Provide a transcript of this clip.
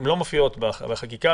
הן לא מופיעות בחקיקה,